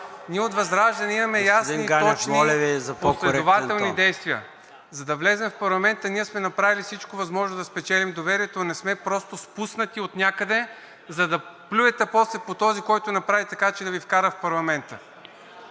Ви за по-коректен тон! ЦОНЧО ГАНЕВ: За да влезем в парламента, ние сме направили всичко възможно да спечелим доверието, а не сме просто спуснати отнякъде, за да плюете после по този, който направи така, че да Ви вкара в парламента.